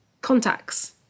contacts